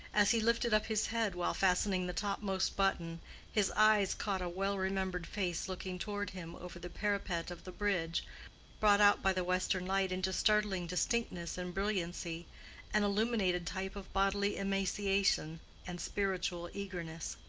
as he lifted up his head while fastening the topmost button his eyes caught a well-remembered face looking toward him over the parapet of the bridge brought out by the western light into startling distinctness and brilliancy an illuminated type of bodily emaciation and spiritual eagerness.